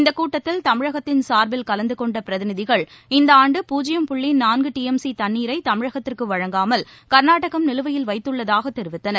இந்தக் கூட்டத்தில் தமிழகத்தின் சார்பில் கலந்து கொண்ட பிரதிநிதிகள் இந்த ஆண்டு பூஜ்யம் புள்ளி நான்கு டிஎம்சி தண்ணீரை தமிழகத்திற்கு வழங்காமல் கர்நாடகம் நிலுவையில் வைத்துள்ளதாக தெரிவித்தனர்